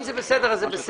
אם זה בסדר, זה בסדר.